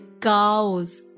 cows